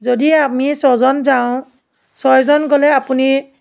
যদি আমি ছজন যাওঁ ছয়জন গ'লে আপুনি